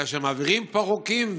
כאשר מעבירים פה חוקים,